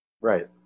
Right